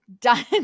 done